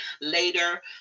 later